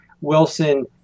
Wilson